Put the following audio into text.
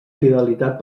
fidelitat